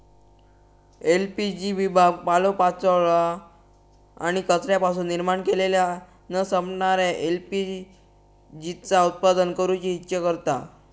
LPG विभाग पालोपाचोळो आणि कचऱ्यापासून निर्माण केलेल्या न संपणाऱ्या एल.पी.जी चा उत्पादन करूची इच्छा करता